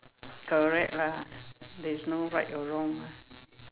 correct lah there is no right or wrong lah